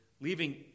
leaving